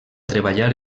treballar